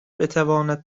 بتواند